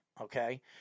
okay